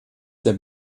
der